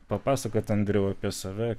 papasakoti andriau apie save